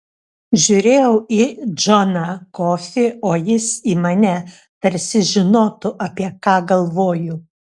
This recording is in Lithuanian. žiūrėjau į džoną kofį o jis į mane tarsi žinotų apie ką galvoju